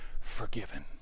forgiven